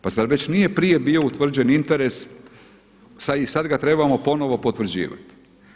Pa zar već prije nije bio utvrđen interes i sad ga trebamo ponovno potvrđivati.